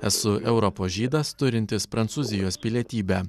esu europos žydas turintis prancūzijos pilietybę